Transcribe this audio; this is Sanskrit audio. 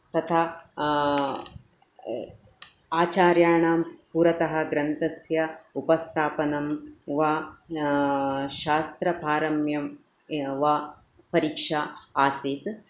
तथा आचार्याणां पुरतः ग्रन्थस्य उपस्थापनं वा शास्त्रपारम्यं वा परीक्षा आसीत्